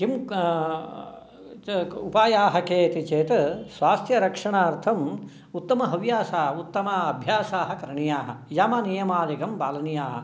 किम् उपायाः के इति चेत् स्वास्थ्यरक्षणार्थम् उत्तमहव्यासा उत्तम अभ्यासाः करणीयाः यमनियमादिकं पालनीयम्